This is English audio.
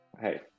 hey